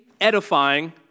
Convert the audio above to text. edifying